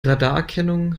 radarerkennung